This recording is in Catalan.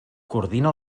coordina